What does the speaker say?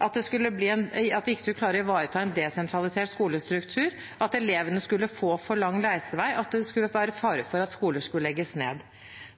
å ivareta en desentralisert skolestruktur, at elevene skulle få for lang reisevei, at det skulle være fare for at skoler skulle legges ned.